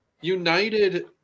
United